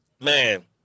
man